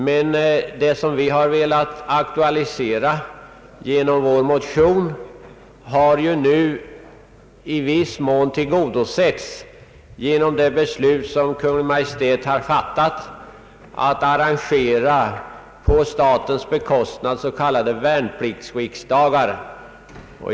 Det syfte som vi har velat aktualisera genom vår motion har nu i viss mån tillgodosetts genom det beslut som Kungl. Maj:t har fattat att på statens bekostnad arrangera s.k. värnpliktsriksdagar.